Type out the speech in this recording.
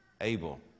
Abel